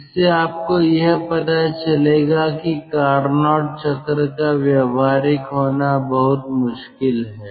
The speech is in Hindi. इससे आपको यह पता चलेगा कि कार्नोट चक्र का व्यवहारिक होना बहुत मुश्किल है